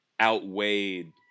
outweighed